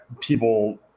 people